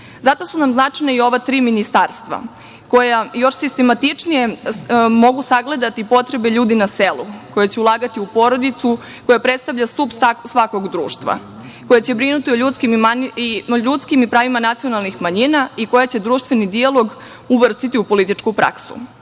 jače. Zato su nam značajna i ova tri ministarstva, koja još sistematičnije mogu sagledati potrebe ljudi na selu, koji će ulagati u porodicu, koja predstavlja stub svakog društva, koje će brinuti o ljudskim i pravima nacionalnih manjina i koje će društveni dijalog uvrstiti u političku praksu. Želimo